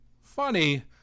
Funny